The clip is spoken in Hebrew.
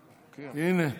הינה.